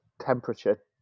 temperature